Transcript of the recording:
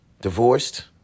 Divorced